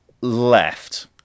left